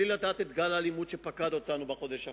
מבלי לדעת על גל האלימות שפקד אותנו בחודש האחרון,